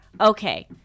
okay